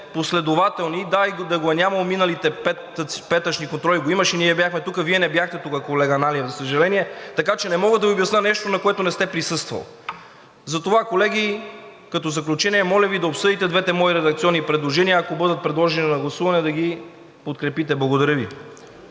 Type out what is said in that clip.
последователни. Да, и да го е нямало, миналите петъчни контроли го имаше, ние бяхме тук, Вие не бяхте тук, колега Ананиев, за съжаление, така че не мога да Ви обясня нещо, на което не сте присъствали. Затова, колеги, като заключение, моля Ви да обсъдите двете мои редакционни предложения, ако бъдат подложени на гласуване, да ги подкрепите. Благодаря Ви.